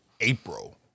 April